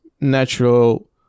natural